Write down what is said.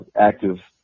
active